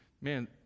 man